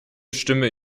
stimme